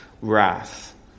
Wrath